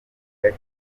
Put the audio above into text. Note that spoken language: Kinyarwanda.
gake